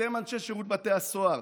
אתם, אנשי שירות בתי הסוהר,